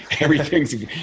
everything's